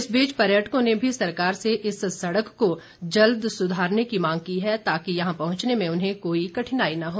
इस बीच पर्यटकों ने भी सरकार से इस सड़क को जल्द सुधारने की मांग की है ताकि यहां पहुंचने में उन्हे कोई कठिनाई न हो